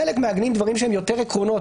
חלקם מעגנים דברים שהם יותר עקרונות,